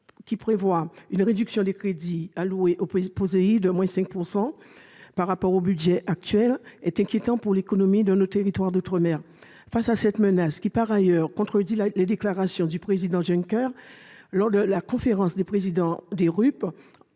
qui prévoit une réduction de 5 % des crédits alloués au POSEI par rapport au budget actuel, est inquiétant pour l'économie de nos territoires d'outre-mer. Face à cette menace, qui contredit d'ailleurs les déclarations du président Juncker lors de la conférence des présidents des RUP